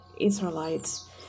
Israelites